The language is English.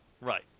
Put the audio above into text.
Right